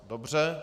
Dobře.